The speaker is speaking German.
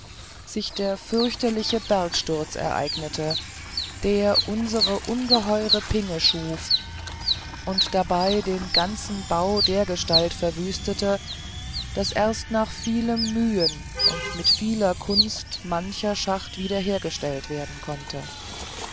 sich der fürchterliche bergsturz ereignete der unsere ungeheuere pinge schuf und dabei den ganzen bau dergestalt verwüstete daß erst nach vielem mühen und mit vieler kunst mancher schacht wieder hergestellt werden konnte